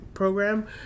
Program